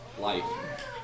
life